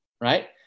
right